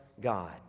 God